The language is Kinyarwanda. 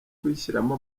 kuyishyiramo